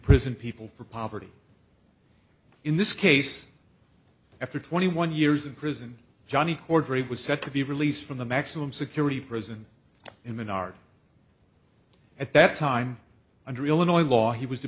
prison people for poverty in this case after twenty one years in prison johnny cordray was said to be released from the maximum security prison in menard at that time under illinois law he was to